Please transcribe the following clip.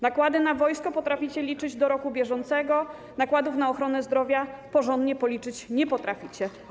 Nakłady na wojsko potraficie liczyć w odniesieniu do roku bieżącego, nakładów na ochronę zdrowia porządnie policzyć nie potraficie.